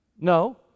No